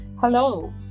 Hello